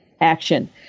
action